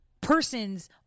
persons